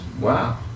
Wow